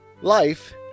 Life